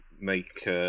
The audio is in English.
make